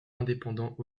indépendants